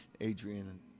Adrian